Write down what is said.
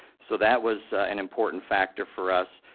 so that was an important factor for us.